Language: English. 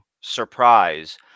surprise